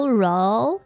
roll